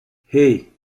hey